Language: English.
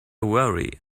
worry